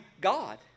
God